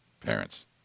parents